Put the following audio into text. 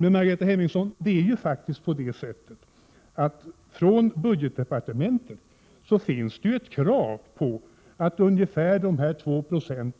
Men, Margareta Hemmingsson, från budgetdepartementet finns det krav på att årligen ungefär 2 96